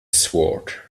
sword